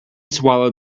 swallow